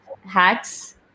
hacks